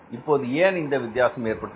இப்போது ஏன் இந்த வித்தியாசம் ஏற்பட்டது